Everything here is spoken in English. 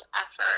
effort